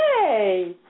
hey